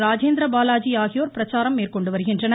ராஜேந்திரபாலாஜி ஆகியோர் பிரச்சாரம் மேற்கொண்டு வருகின்றனர்